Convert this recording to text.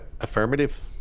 affirmative